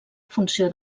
funció